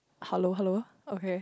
hello hello okay